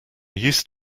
used